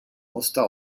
muster